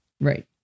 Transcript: Right